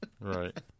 right